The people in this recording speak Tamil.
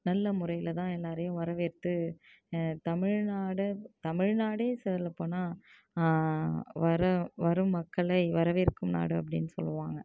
நல்ல முறையில் தான் எல்லாரையும் வரவேற்து தமிழ்நாடு தமிழ்நாடே சொல்லப்போனால் வர வரும் மக்களை வரவேற்கும் நாடு அப்படின்னு சொல்லுவாங்க